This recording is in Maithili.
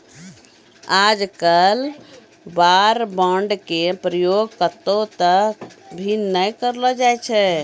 आजकल वार बांड के प्रयोग कत्तौ त भी नय करलो जाय छै